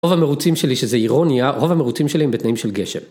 רוב המירוצים שלי, שזה אירוניה, רוב המירוצים שלי הם בתנאים של גשם.